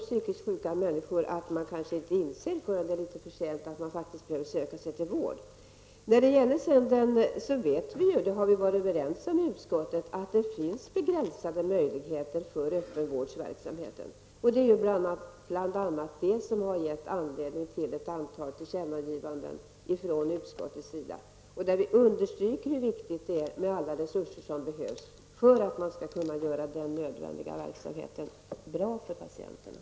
Psykiskt sjuka människor kanske inte inser förrän det är litet för sent att man bör söka sig till vård. Vi har varit överens i utskottet att det finns begränsade möjligheter för öppenvårdsverksamheten. Det är bl.a. detta som gett anledning till ett antal tillkännagivanden från utskottets sida. Vi understryker hur viktigt det är med alla de resurser som behövs för att man skall kunna göra den nödvändiga verksamheten bra för patienterna.